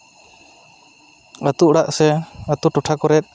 ᱟᱹᱛᱩ ᱚᱲᱟᱜ ᱥᱮ ᱟᱹᱛᱩ ᱴᱚᱴᱷᱟ ᱠᱚᱨᱮ